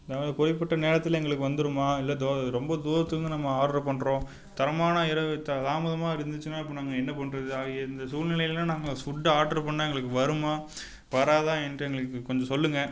அதாவது குறிப்பிட்ட நேரத்தில் எங்களுக்கு வந்துடுமா இல்லை தொ ரொம்ப தூரத்திலருந்து நாங்கள் ஆட்ரு பண்ணுறோம் தரமான இரவு தாமதமாக இருந்துச்சின்னா இப்போ நம்ம என்ன பண்ணுறது ஆகிய இந்த சூழ்நிலையில் நாங்கள் ஃபுட்டு ஆட்ரு பண்ணிணா எங்களுக்கு வருமா வராதா என்று எங்களுக்கு கொஞ்சம் சொல்லுங்க